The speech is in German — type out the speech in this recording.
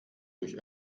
durch